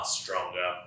stronger